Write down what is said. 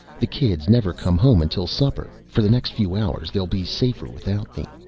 the kids never come home until supper. for the next few hours they'll be safer without me.